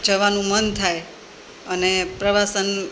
જવાનું મન થાય અને પ્રવાસન